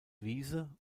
wiese